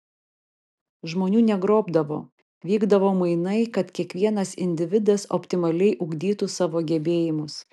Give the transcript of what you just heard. žmonių negrobdavo vykdavo mainai kad kiekvienas individas optimaliai ugdytų savo gebėjimus